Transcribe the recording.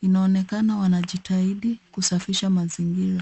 Inaonekana wanajitahidi kusafisha mazingira.